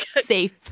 Safe